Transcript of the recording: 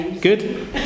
Good